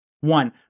One